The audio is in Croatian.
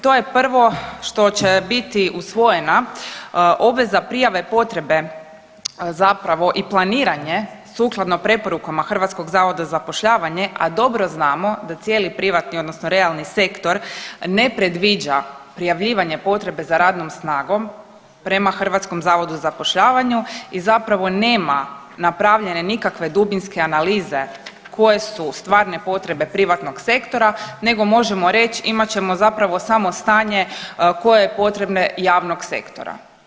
To je prvo što će biti usvojena obveza prijave potrebe zapravo i planiranje sukladno preporukama HZZ-a, a dobro znamo da cijeli privatni odnosno realni sektor ne predviđa prijavljivanje potrebe za radnom snagom prema HZZ-u i zapravo nema napravljene nikakve dubinske analize koje su stvarne potrebe privatnog sektora nego možemo reći imat ćemo zapravo samo stanje koje je potrebne javnog sektora.